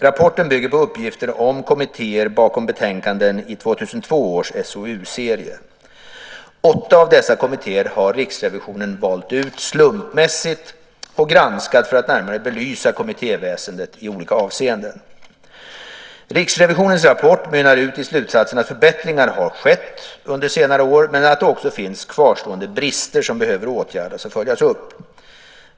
Rapporten bygger på uppgifter om kommittéer bakom betänkanden i 2002 års SOU-serie. Åtta av dessa kommittéer har Riksrevisionen valt ut slumpmässigt och granskat för att närmare belysa kommittéväsendet i olika avseenden. Riksrevisionens rapport mynnar ut i slutsatsen att förbättringar har skett under senare år men att det också finns kvarstående brister som behöver åtgärdas och följas upp.